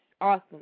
awesome